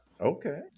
Okay